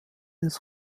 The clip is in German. des